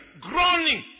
groaning